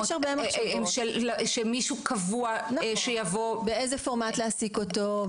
של מישהו קבוע שיבוא --- באיזה פורמט להעסיק אותו?